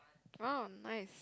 oh nice